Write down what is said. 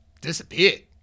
disappeared